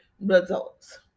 results